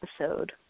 episode